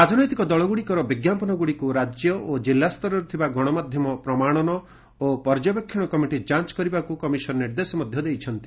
ରାଜନୈତିକ ଦଳଗୁଡ଼ିକର ବିଙ୍କାପନଗୁଡ଼ିକୁ ରାଜ୍ୟ ଓ କିଲ୍ଲାସ୍ତରରେ ଥିବା ଗଣମାଧ୍ୟମ ପ୍ରମାଣନ ଓ ପର୍ଯ୍ୟବେକ୍ଷଣ କମିଟି ଯାଞ୍ଚ କରିବାକୁ କମିଶନ ନିର୍ଦ୍ଦେଶ ଦେଇଛନ୍ତି